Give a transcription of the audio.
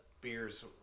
beers